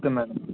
okay madam